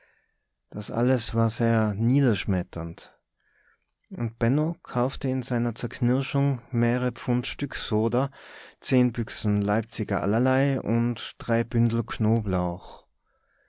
das alles war sehr niederschmetternd und benno kaufte in seiner zerknirschung mehrere pfund stücksoda zehn büchsen leipziger allerlei und drei